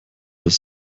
dass